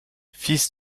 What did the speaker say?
fils